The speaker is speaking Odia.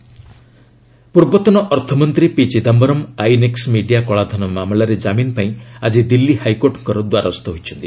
ଚିଦାମ୍ଘରମ୍ ଏଚ୍ସି ବେଲ୍ ପୂର୍ବତନ ଅର୍ଥମନ୍ତ୍ରୀ ପିଚିଦାୟରମ୍ ଆଇଏନ୍ଏକ୍ସ ମିଡ଼ିଆ କଳାଧନ ମାମଲାରେ କାମିନ ପାଇଁ ଆଜି ଦିଲ୍ଲୀ ହାଇକୋର୍ଟଙ୍କ ଦ୍ୱାରସ୍ଥ ହୋଇଛନ୍ତି